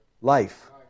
Life